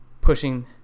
pushing